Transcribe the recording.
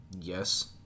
Yes